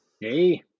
Hey